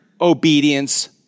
obedience